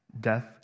Death